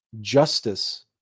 justice